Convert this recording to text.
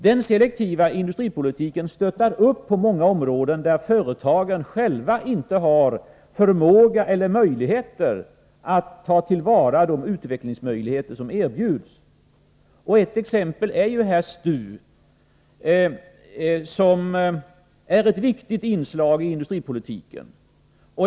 Den selektiva industripolitiken stöttar på många områden där företagen själva inte har förmåga eller möjligheter att ta till vara de utvecklingsmöjligheter som erbjuds. Ett exempel är STU, som är ett viktigt inslag i industripolitiken.